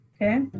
okay